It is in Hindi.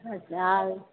जाल